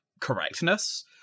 correctness